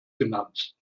genannt